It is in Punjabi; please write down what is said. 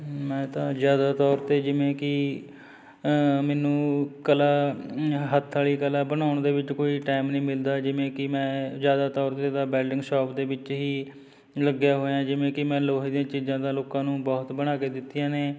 ਮੈਂ ਤਾਂ ਜ਼ਿਆਦਾ ਤੌਰ 'ਤੇ ਜਿਵੇਂ ਕਿ ਮੈਨੂੰ ਕਲਾ ਹੱਥ ਵਾਲੀ ਕਲਾ ਬਣਾਉਣ ਦੇ ਵਿੱਚ ਕੋਈ ਟਾਈਮ ਨਹੀਂ ਮਿਲਦਾ ਜਿਵੇਂ ਕਿ ਮੈਂ ਜ਼ਿਆਦਾ ਤੌਰ 'ਤੇ ਤਾਂ ਬੈਲਡਿੰਗ ਸ਼ੋਪ ਦੇ ਵਿੱਚ ਹੀ ਲੱਗਿਆ ਹੋਇਆ ਜਿਵੇਂ ਕਿ ਮੈਂ ਲੋਹੇ ਦੀਆਂ ਚੀਜ਼ਾਂ ਤਾਂ ਲੋਕਾਂ ਨੂੰ ਬਹੁਤ ਬਣਾ ਕੇ ਦਿੱਤੀਆਂ ਨੇ